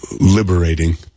liberating